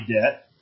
debt